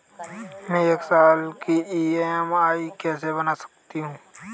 मैं एक साल की ई.एम.आई कैसे बना सकती हूँ?